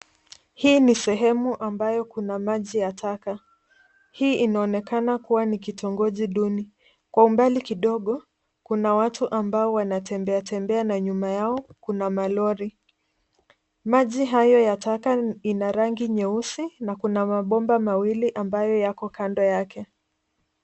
Hii ni sehemu ambayo kuna maji ya taka. Hii inaonekana kuwa ni kitongoji duni, kwa umbali kidogo Kuna watu ambao wanatembea tembea na nyuma yao kuna malori. Maji hayo ya taka ina rangi nyeusi, Kuna mabomba mawili ambayo yako kando yake.